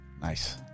Nice